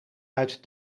uit